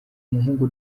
umuhungu